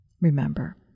Remember